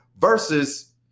Versus